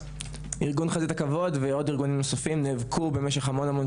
ארגון חזית הכבוד ועוד ארגונים נוספים נאבקו במשך המון המון